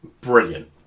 brilliant